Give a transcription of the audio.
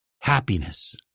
happiness